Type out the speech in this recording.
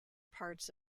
parts